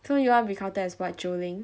so you wanna be counted as what 九零